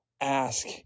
ask